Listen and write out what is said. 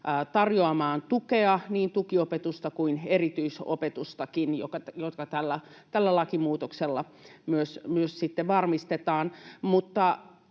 tarjoamaan tukea, niin tukiopetusta kuin erityisopetustakin, jotka tällä lakimuutoksella myös sitten varmistetaan.